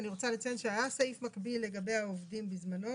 אני רוצה לציין שהיה סעיף מקביל לגבי העובדים בזמנו.